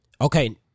Okay